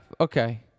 okay